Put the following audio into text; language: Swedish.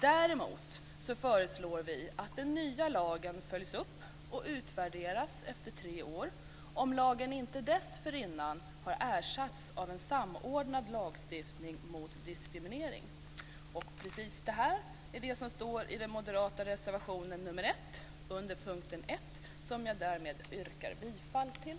Däremot föreslår vi att den nya lagen följs upp och utvärderas efter tre år, om lagen inte dessförinnan har ersatts av en samordnad lagstiftning mot diskriminering. Just detta är det som står i den moderata reservationen nr 1 under punkt 1, som jag härmed yrkar bifall till.